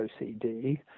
ocd